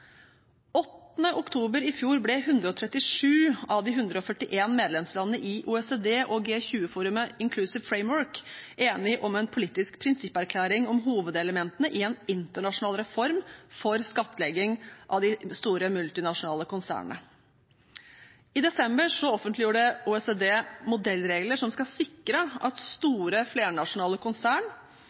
oktober i fjor ble 137 av de 141 medlemslandene i OECD og G20-forumet Inclusive Framework enige om en politisk prinsipperklæring om hovedelementene i en internasjonal reform for skattlegging av de store multinasjonale konsernene. I desember offentliggjorde OECD modellregler som skal sikre at store flernasjonale